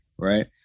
Right